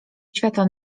świata